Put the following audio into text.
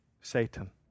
Satan